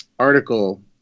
article